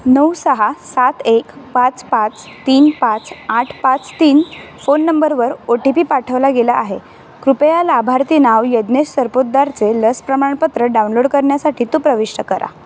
नऊ सहा सात एक पाच पाच तीन पाच आठ पाच तीन फोन नंबरवर ओ टी पी पाठवला गेला आहे कृपया लाभार्थी नाव यज्ञेश सरपोतदारचे लस प्रमाणपत्र डाउनलोड करण्यासाठी तो प्रविष्ट करा